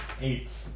Eight